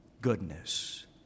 goodness